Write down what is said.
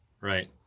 Right